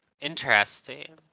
Interesting